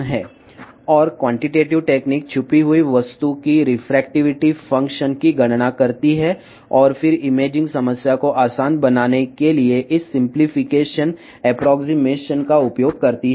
మరియు గుణాత్మక పద్ధతులు దాచిన వస్తువు యొక్క వక్రీభవన పనితీరును లెక్కిస్తాయి మరియు ఇమేజింగ్ సమస్యను సరళీకృతం చేయడానికి ఈ సరళీకరణ ఉజ్జాయింపును ఉపయోగిస్తాయి